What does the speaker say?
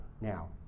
now